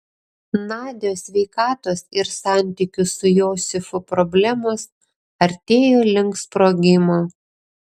nadios sveikatos ir santykių su josifu problemos artėjo link sprogimo